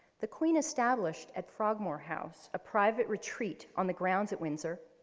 the queen established at frogmore house a private retreat on the grounds at windsor,